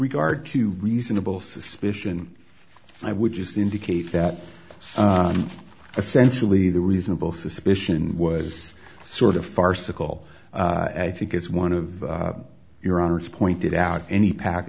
regard to reasonable suspicion i would just indicate that essentially the reasonable suspicion was sort of farcical i think it's one of your honor's pointed out any pack